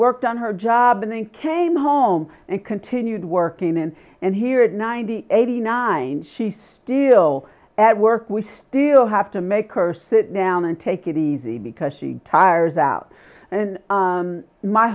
worked on her job and then came home and continued working in and here at ninety eighty nine she steal at work we still have to make her sit down and take it easy because she tires out and